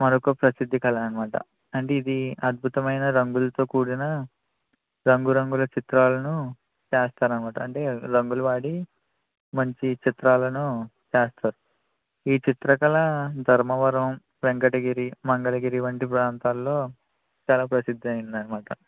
మరొక ప్రసిద్ది కళ అన్నమాట అంటే ఇది అద్బుతమైన రంగులతో కూడిన రంగు రంగుల చిత్రాలను చేస్తారన్నమాట అంటే రంగులు వాడి మంచి చిత్రాలను చేస్తారు ఈ చిత్రకళ ధర్మవరం వెంకటగిరి మంగళగిరి వంటి ప్రాంతాల్లో చాలా ప్రసిద్దయినది అన్నమాట